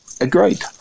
Agreed